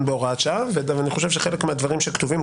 בהוראת שעה ואני חושב שחלק מהדברים שכתובים,